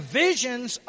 visions